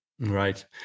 Right